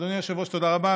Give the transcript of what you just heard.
אדוני היושב-ראש, תודה רבה.